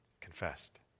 Confessed